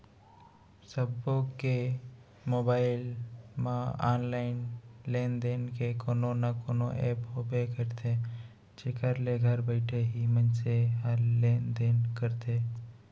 सबो के मोबाइल म ऑनलाइन लेन देन के कोनो न कोनो ऐप होबे करथे जेखर ले घर बइठे ही मनसे ह लेन देन करथे